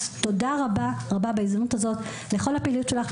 בהזדמנות זו אני רוצה לומר לך תודה רבה רבה על כל הפעילות שלך.